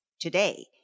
today